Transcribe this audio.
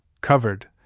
covered